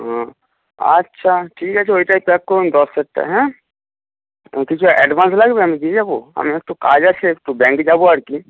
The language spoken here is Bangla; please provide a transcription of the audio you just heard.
ও আচ্ছা ঠিক আছে ওইটাই প্যাক করুন দশেরটা হ্যাঁ কিছু অ্যাডভানস লাগবে আমি দিয়ে যাবো আমার একটু কাজ আছে একটু ব্যাঙ্কে যাবো আর কি